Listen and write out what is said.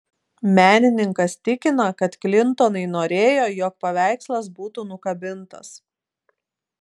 menininkas tikina kad klintonai norėjo jog paveikslas būtų nukabintas